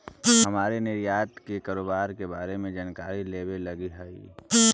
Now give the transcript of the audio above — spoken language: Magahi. हमरो निर्यात के कारोबार के बारे में जानकारी लेबे लागी हई